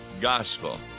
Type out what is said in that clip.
gospel